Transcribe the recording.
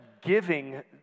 giving